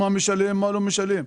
מה לא משלם.